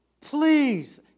please